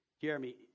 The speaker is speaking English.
Jeremy